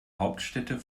hauptstädte